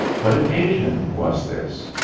what occasion was this?